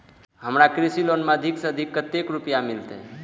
हमरा कृषि लोन में अधिक से अधिक कतेक रुपया मिलते?